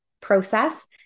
process